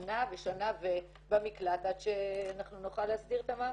שנה ושנה במקלט עד שנוכל להסדיר את המעמד.